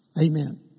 Amen